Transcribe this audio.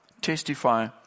Testify